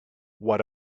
what